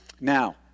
Now